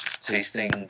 tasting